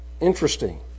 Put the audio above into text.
Interesting